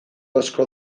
asko